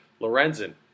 Lorenzen